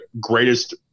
greatest